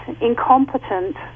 incompetent